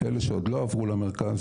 אלו שעוד לא עברו למרכז,